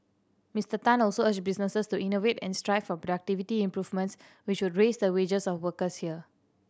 Mister Tan also urged businesses to innovate and strive for productivity improvements which would raise the wages of workers here